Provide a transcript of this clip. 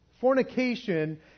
Fornication